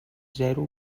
zero